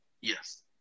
Yes